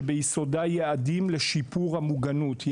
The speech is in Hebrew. שביסודה יעדים לשיפור המוגנות.